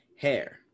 Hair